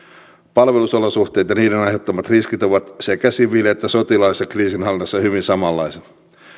palvelusolosuhteet ja niiden aiheuttamat riskit ovat sekä siviili että sotilaallisessa kriisinhallinnassa hyvin samanlaiset